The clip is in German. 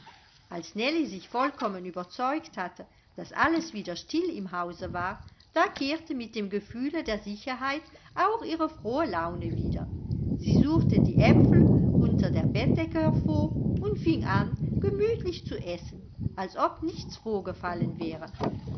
als nellie sich vollkommen überzeugt hatte daß alles wieder still im hause war da kehrte mit dem gefühle der sicherheit auch ihre frohe laune wieder sie suchte die aepfel unter der bettdecke hervor und fing an gemütlich zu essen als ob nichts vorgefallen wäre